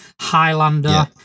Highlander